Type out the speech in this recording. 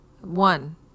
One